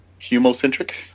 humocentric